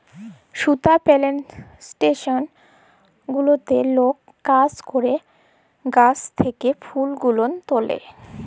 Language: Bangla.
সুতা পেলেনটেসন গুলাতে লক কাজ ক্যরে গাহাচ থ্যাকে ফুল গুলান তুলে